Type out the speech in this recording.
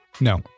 no